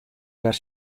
wer